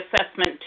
assessment